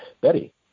Betty